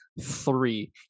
three